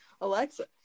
Alexa